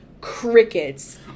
crickets